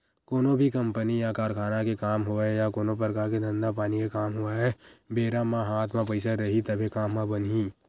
कोनो भी कंपनी या कारखाना के काम होवय या कोनो परकार के धंधा पानी के काम होवय बेरा म हात म पइसा रइही तभे काम ह बनही